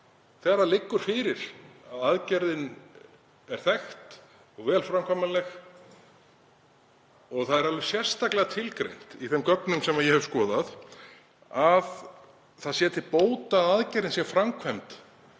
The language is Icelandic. þegar liggur fyrir að aðgerðin er þekkt og vel framkvæmanleg? Það er alveg sérstaklega tilgreint í þeim gögnum sem ég hef skoðað að það sé til bóta að aðgerðin sé framkvæmd